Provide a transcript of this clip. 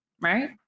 right